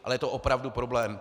Ale je to opravdu problém.